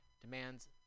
demands